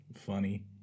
funny